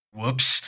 Whoops